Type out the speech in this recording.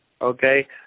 okay